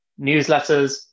newsletters